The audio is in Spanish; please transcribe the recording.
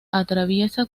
atraviesa